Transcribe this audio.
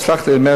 תסלח לי,